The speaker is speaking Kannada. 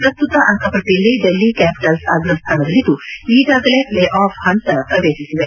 ಪ್ರಸ್ತುತ ಅಂಕಪಟ್ಟಿಯಲ್ಲಿ ಡೆಲ್ಲಿ ಕ್ಯಾಪಿಟಲ್ಸ್ ಅಗ್ರಸ್ವಾನದಲ್ಲಿದ್ದು ಈಗಾಗಲೇ ಫ್ಲೇಆಫ್ ಹಂತ ಪ್ರವೇಶಿಸಿದೆ